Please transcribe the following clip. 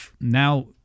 now